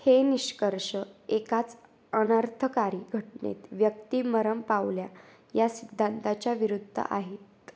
हे निष्कर्ष एकाच अनर्थकारी घटनेत व्यक्ती मरम पावल्या या सिद्धांताच्या विरुद्ध आहेत